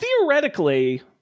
theoretically